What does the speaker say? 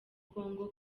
congo